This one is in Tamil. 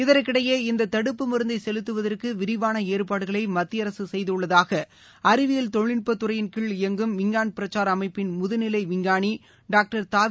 இதற்கிடையே இந்த தடுப்பு மருந்தை செலுத்துவதற்கு விரிவான ஏற்பாடுகளை மத்திய அரசு செய்துள்ளதாக அறிவியல் தொழில்நுட்பத்துறையின் கீழ் இயங்கும் விஞ்ஞான் பிரச்சார் அமைப்பின் முதுநிலை விஞ்ஞானி டாக்டர் தவி